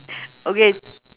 okay